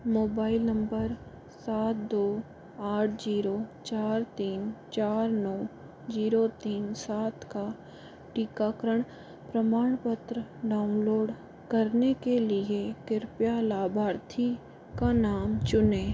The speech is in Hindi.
मोबाइल नंबर सात दो आठ जीरो चार तीन चार नौ जीरो तीन सात का टीकाकरण प्रमाणपत्र डाउनलोड करने के लिए कृपया लाभार्थी का नाम चुनें